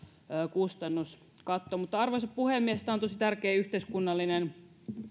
kustannuskatto arvoisa puhemies tämä on tosi tärkeä yhteiskunnallinen